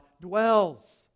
dwells